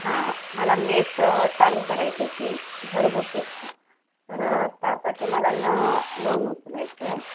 हां मला मेस चालू करायची होती घरगुती असं तर त्यासाठी मला लोन उचलायचं आहे